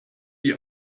die